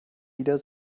wieder